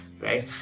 right